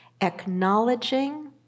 acknowledging